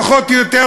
פחות או יותר,